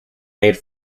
made